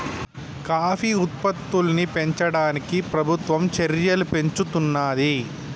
coffee ఉత్పత్తుల్ని పెంచడానికి ప్రభుత్వం చెర్యలు పెంచుతానంది